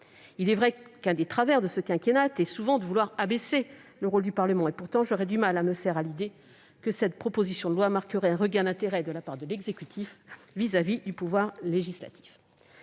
Il est vrai qu'un des travers de ce quinquennat a souvent été de vouloir abaisser le rôle du Parlement. Et pourtant, j'ai du mal à me faire à l'idée que cette proposition de loi marquerait un regain d'intérêt de la part de l'exécutif vis-à-vis du pouvoir législatif.